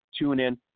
TuneIn